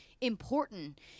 important